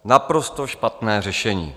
Naprosto špatné řešení.